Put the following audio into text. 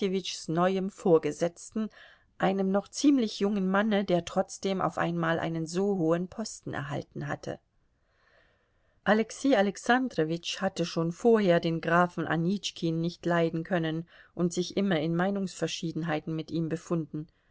neuem vorgesetzten einem noch ziemlich jungen manne der trotzdem auf einmal einen so hohen posten erhalten hatte alexei alexandrowitsch hatte schon vorher den grafen anitschkin nicht leiden können und sich immer in meinungsverschiedenheiten mit ihm befunden